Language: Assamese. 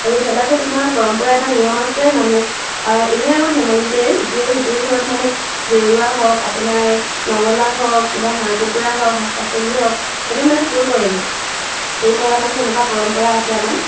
আৰু ভেলাঘৰত আমাৰ পৰম্পৰা এটা নিয়ম আছে মানে এনেই আৰু ধেমালিতে ইটোৱে সেইটোৰ ঘৰত মানে জেওৱা হওক আপোনাৰ নঙলা হওক কিবা হাঁহ কুকুৰা হওক শাক পাচলি হওক এনেই মানে চুৰ কৰেগৈ চুৰ কৰা মানে এনেকুৱা পৰম্পৰা আছে আমাৰ